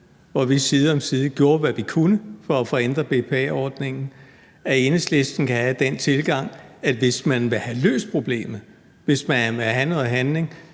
hvor vi side om side gjorde, hvad vi kunne for at få ændret BPA-ordningen, kan have den tilgang, at hvis man vil have løst problemet, hvis man vil have noget handling,